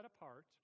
apart